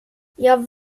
jag